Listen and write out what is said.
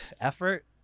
effort